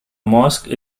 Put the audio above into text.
mosque